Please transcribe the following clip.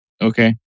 Okay